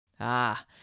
Ah